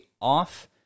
off